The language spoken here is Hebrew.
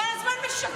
כל הזמן משקר.